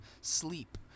sleep